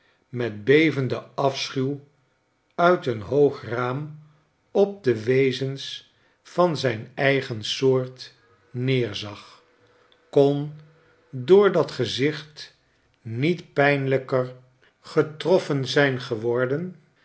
den afschuw uit een hoog raam op de wezens naar richmond en harrisburgh van zyn eigen soort neerzag kon door dat gezicht niet pijnlijker getroffen zijn geworden